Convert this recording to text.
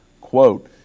Quote